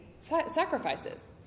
sacrifices